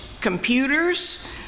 computers